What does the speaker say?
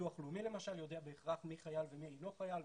ביטוח לאומי למשל יודע בהכרח מי חייל ומי אינו חייל,